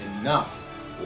enough